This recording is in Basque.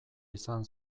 izan